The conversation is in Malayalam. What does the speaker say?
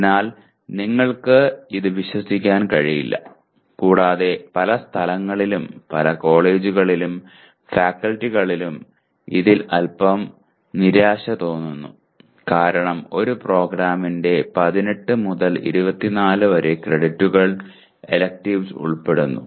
അതിനാൽ നിങ്ങൾക്ക് ഇത് വിശ്വസിക്കാൻ കഴിയില്ല കൂടാതെ പല സ്ഥലങ്ങളിലും പല കോളേജുകളിലും ഫാക്കൽറ്റികളിലും ഇതിൽ അൽപ്പം നിരാശ തോന്നുന്നു കാരണം ഒരു പ്രോഗ്രാമിന്റെ 18 മുതൽ 24 വരെ ക്രെഡിറ്റുകൾ എലക്ടീവ്സ് ഉൾപ്പെടുന്നു